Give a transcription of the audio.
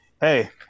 Hey